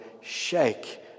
shake